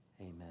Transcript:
Amen